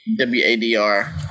WADR